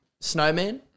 Snowman